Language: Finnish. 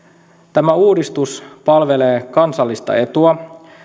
tämä uudistus palvelee kansallista etua